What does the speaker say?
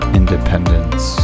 independence